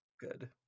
Good